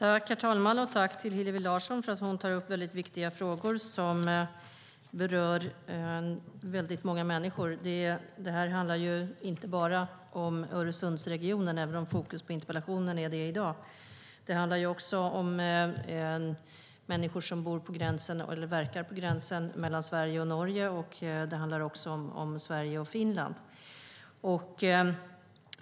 Herr talman! Jag vill tacka Hillevi Larsson för att hon tar upp viktiga frågor som berör många människor. Det här handlar inte bara om Öresundsregionen, även om den är i fokus i interpellationen i dag. Det handlar också om människor som verkar vid gränsen mellan Sverige och Norge. Det handlar också om Sverige och Finland.